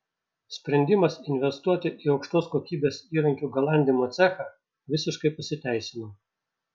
sprendimas investuoti į aukštos kokybės įrankių galandimo cechą visiškai pasiteisino